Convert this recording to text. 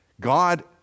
God